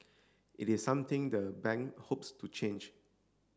it is something the bank hopes to change